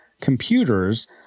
computers